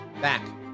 back